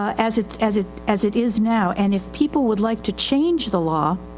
as it, as it, as it is now. and if people would like to change the law,